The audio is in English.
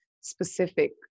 specific